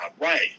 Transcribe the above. right